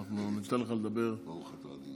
ואנחנו כמובן צריכים כולנו לעצור את הסחף הזה.